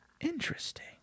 Interesting